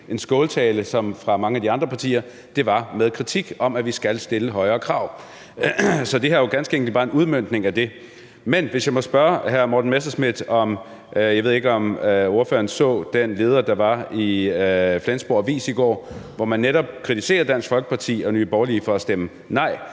en skåltale, som det var fra mange af de andre partier, for det var med kritik om, at vi skal stille højere krav. Så det her er jo ganske enkelt bare en udmøntning af det. Men hvis jeg må spørge hr. Morten Messerschmidt om noget: Jeg ved ikke, om ordføreren så den leder, der var i Flensborg Avis i går, hvor man netop kritiserer Dansk Folkeparti og Nye Borgerlige for at stemme nej,